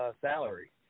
salary